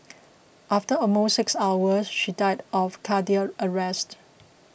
after almost six hours she died of cardiac arrest